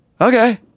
Okay